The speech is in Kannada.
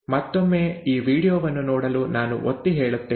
ಮತ್ತೊಮ್ಮೆ ಈ ವೀಡಿಯೊವನ್ನು ನೋಡಲು ನಾನು ಒತ್ತಿ ಹೇಳುತ್ತೇನೆ